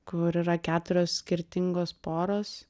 kur yra keturios skirtingos poros